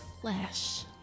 flesh